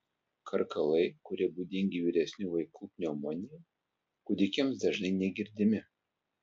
karkalai kurie būdingi vyresnių vaikų pneumonijai kūdikiams dažnai negirdimi